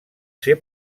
ser